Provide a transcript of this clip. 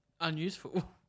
unuseful